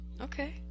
Okay